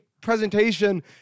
presentation